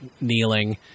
kneeling